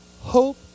Hope